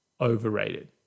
overrated